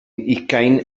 ugain